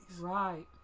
Right